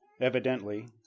Evidently